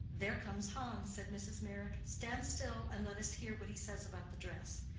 there comes hans, said mrs. meyrick. stand still, and let us hear what he says about the dress.